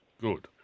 Good